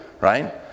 Right